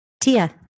Tia